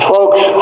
Folks